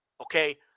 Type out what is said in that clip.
okay